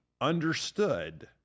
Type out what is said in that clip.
understood